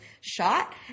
shot